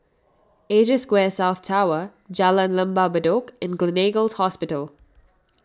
Asia Square South Tower Jalan Lembah Bedok and Gleneagles Hospital